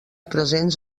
presents